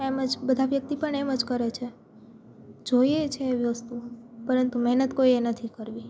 એમ જ બધા વ્યક્તિ પણ એમ જ કરે છે જોઈએ છે એ વસ્તુ પરંતુ મહેનત કોઈએ નથી કરવી